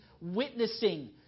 witnessing